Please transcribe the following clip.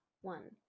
one